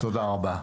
תודה רבה.